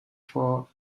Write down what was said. for